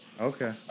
Okay